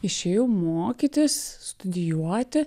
išėjau mokytis studijuoti